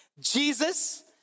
Jesus